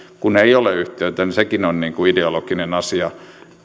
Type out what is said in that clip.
kun ei ole yhtiötä niin sekin on ideologinen asia